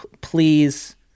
Please